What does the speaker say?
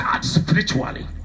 spiritually